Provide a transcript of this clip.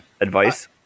advice